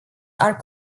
are